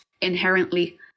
inherently